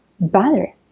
butter